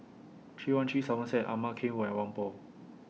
three one three Somerset Ama Keng Road and Whampoa